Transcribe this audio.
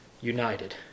united